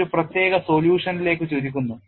ഇത് ഒരു പ്രത്യേക solution ലേക്ക് ചുരുക്കുന്നു